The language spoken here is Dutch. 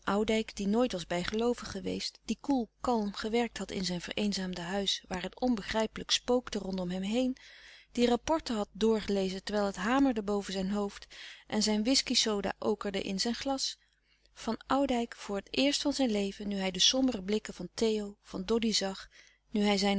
die nooit was bijgeloo vig geweest die koel kalm gewerkt had in zijn vereenzaamde huis waar het onbegrijpelijk spookte rondom hem heen die rapporten had doorlezen terwijl het hamerde boven zijn hoofd en zijn whiskey soda okerde in zijn glas van oudijck voor het eerst van zijn leven nu hij de sombere louis couperus de stille kracht blikken van theo van doddy zag nu hij zijne